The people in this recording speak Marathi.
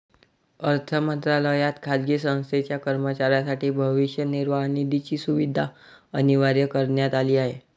अर्थ मंत्रालयात खाजगी संस्थेच्या कर्मचाऱ्यांसाठी भविष्य निर्वाह निधीची सुविधा अनिवार्य करण्यात आली आहे